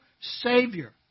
Savior